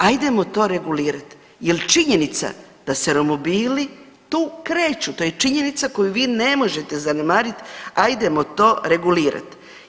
Ajdemo to regulirati jer činjenica da se romobili tu kreću, to je činjenica koju vi ne možete zanemariti, ajdemo to regulirati.